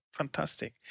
Fantastic